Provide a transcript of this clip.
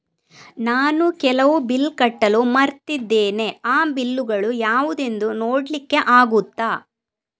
ನಾನು ಕೆಲವು ಬಿಲ್ ಕಟ್ಟಲು ಮರ್ತಿದ್ದೇನೆ, ಆ ಬಿಲ್ಲುಗಳು ಯಾವುದೆಂದು ನೋಡ್ಲಿಕ್ಕೆ ಆಗುತ್ತಾ?